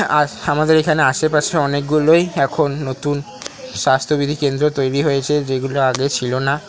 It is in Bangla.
আর আমাদের এখানে আশেপাশে অনেকগুলোই এখন নতুন স্বাস্থ্যবিধি কেন্দ্র তৈরি হয়েছে যেগুলো আগে ছিল না